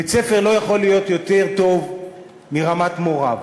בית-ספר לא יכול להיות יותר טוב מרמת מוריו,